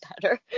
better